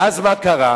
ואז מה קרה,